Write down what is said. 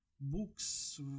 books